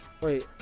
wait